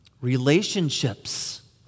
Relationships